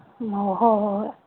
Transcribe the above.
ꯑꯣ ꯍꯣꯏ ꯍꯣꯏ ꯍꯣꯏ